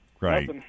right